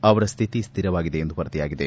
ಅವರ ಸ್ವಿತಿ ಸ್ವಿರವಾಗಿದೆ ಎಂದು ವರದಿಯಾಗಿದೆ